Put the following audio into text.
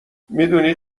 میدونی